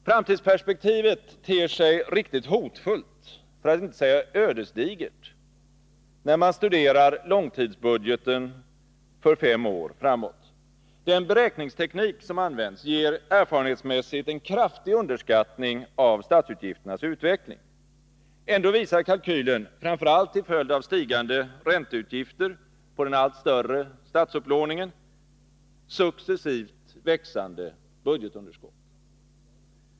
Framtidsperspektivet ter sig riktigt hotfullt — för att inte säga ödesdigert — när man studerar långtidsbudgeten för fem år framåt. Den beräkningsteknik som används ger erfarenhetsmässigt en kraftig underskattning av statsutgifternas utveckling. Ändå visar kalkylen — framför allt till följd av stigande ränteutgifter på den allt större statsupplåningen — successivt växande budgetunderskott.